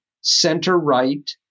center-right